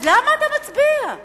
אז למה אתה מצביע?